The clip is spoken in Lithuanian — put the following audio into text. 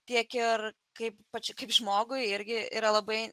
tiek ir kaip kaip žmogui irgi yra labai